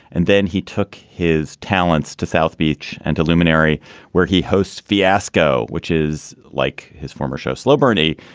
and then he took his talents to south beach and to luminary where he hosts fiasco, which is like his former show, slow bernie,